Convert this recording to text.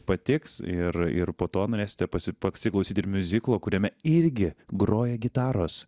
patiks ir ir po to norėsite pasi pasiklausyti ir miuziklo kuriame irgi groja gitaros